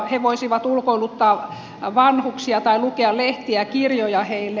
he voisivat ulkoiluttaa vanhuksia tai lukea lehtiä kirjoja heille